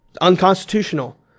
unconstitutional